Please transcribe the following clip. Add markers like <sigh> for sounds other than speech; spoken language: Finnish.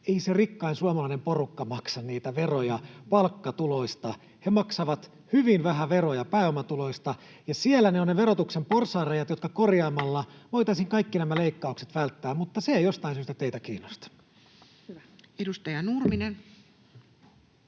ei se rikkain suomalainen porukka maksa niitä veroja palkkatuloista. He maksavat hyvin vähän veroja pääomatuloista, ja siellä ovat ne verotuksen porsaanreiät, <noise> jotka korjaamalla voitaisiin kaikki nämä leikkaukset välttää, mutta se ei jostain syystä teitä kiinnosta. Edustaja Nurminen.